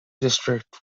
district